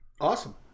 Awesome